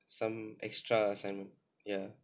some extra assignment ya